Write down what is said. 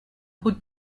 who